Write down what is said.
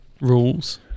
rules